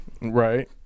Right